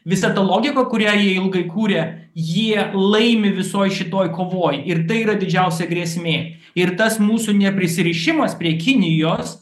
visa ta logika kurią jie ilgai kūrė jie laimi visoj šitoj kovoj ir tai yra didžiausia grėsmė ir tas mūsų neprisirišimas prie kinijos